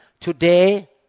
Today